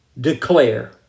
Declare